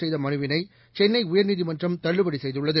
செய்தமனுவினைசென்னையர்நீதிமன்றம் தள்ளுபடிசெய்துள்ளது